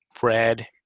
bread